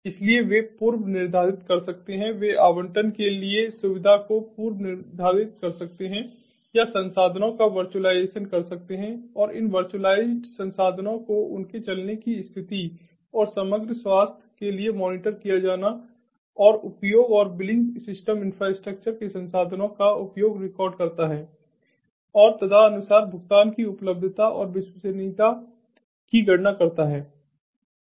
इसलिए वे पूर्व निर्धारित कर सकते हैं वे आवंटन के लिए सुविधा को पूर्व निर्धारित कर सकते हैं या संसाधनों का वर्चुअलाइजेशन कर सकते हैं और इन वर्चुअलाइज्ड संसाधनों को उनके चलने की स्थिति और समग्र स्वास्थ्य के लिए मॉनिटर किया जाना है और उपयोग और बिलिंग सिस्टम इंफ्रास्ट्रक्चर के संसाधनों का उपयोग रिकॉर्ड करता है और तदनुसार भुगतान की उपलब्धता और विश्वसनीयता की गणना करता है